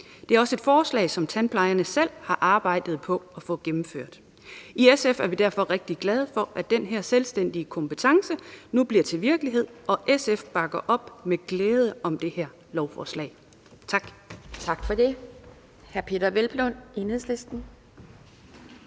Det er også et forslag, som tandplejerne selv har arbejdet på at få gennemført. I SF er vi derfor rigtig glade for, at den her selvstændige kompetence nu bliver til virkelighed, og SF bakker med glæde op om det her lovforslag. Tak. Kl. 10:29 Anden